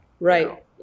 right